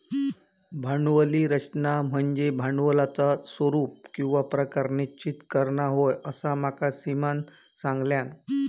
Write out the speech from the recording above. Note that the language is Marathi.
भांडवली रचना म्हनज्ये भांडवलाचा स्वरूप किंवा प्रकार निश्चित करना होय, असा माका सीमानं सांगल्यान